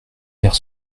dire